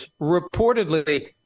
reportedly